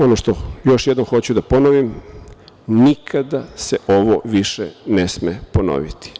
Ono što još jednom hoću da ponovim, nikada se ovo više ne sme ponoviti.